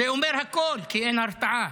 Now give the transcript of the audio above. זה אומר הכול, כי אין הרתעה.